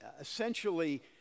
essentially